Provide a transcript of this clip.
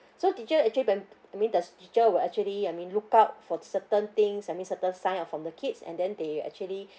so teacher actually when I mean does teacher will actually I mean look out for certain things I mean certain sign of from the kids and then they actually